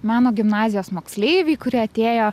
meno gimnazijos moksleiviai kurie atėjo